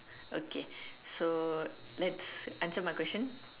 okay so let's answer my question